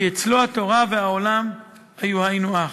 כי אצלו התורה והעולם היינו הך.